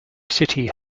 city